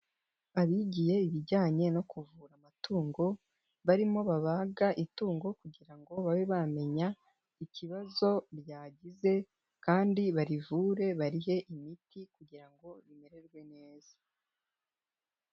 Abigiye ibijyanye no kuvura amatungo barimo babaga itungo kugira ngo babe bamenya ikibazo ryagize kandi barivure barihe imiti kugira ngo rimererwe neza.